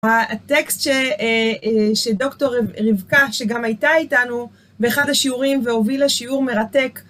הטקסט שדוקטור רבקה, שגם הייתה איתנו באחד השיעורים, והוביל לשיעור מרתק,